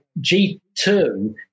G2